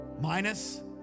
minus